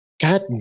God